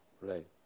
Right